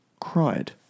cried